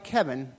Kevin